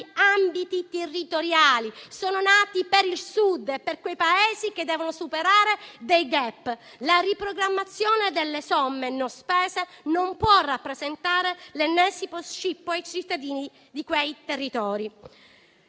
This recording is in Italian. ambiti territoriali; sono nati per il Sud, per quei paesi che devono superare dei *gap*. La riprogrammazione delle somme non spese non può rappresentare l'ennesimo scippo ai cittadini di quei territori.